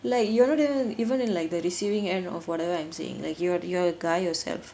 like you're not even in like the receiving end of whatever I'm saying like you're th~ you're a guy yourself